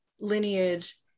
lineage